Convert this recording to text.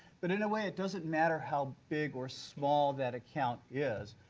but in a way, it doesn't matter how big or small that account is,